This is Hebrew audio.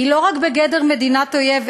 היא לא רק בגדר מדינת אויב,